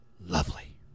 lovely